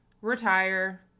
retire